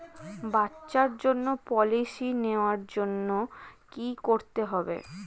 বাচ্চার জন্য পলিসি নেওয়ার জন্য কি করতে হবে?